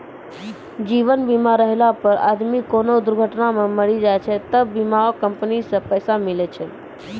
जीवन बीमा रहला पर आदमी कोनो दुर्घटना मे मरी जाय छै त बीमा कम्पनी से पैसा मिले छै